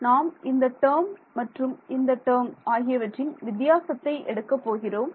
நாம் இந்த டேர்ம் மற்றும் இந்த டேர்ம் ஆகியவற்றின் வித்தியாசத்தை எடுக்கப் போகிறோம்